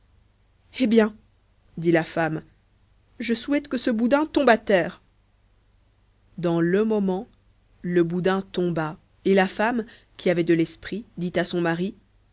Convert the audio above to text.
eh bien dit la femme je souhaite que ce boudin tombe à terre dans le moment le boudin tomba et la femme qui avait de l'esprit dit à son mari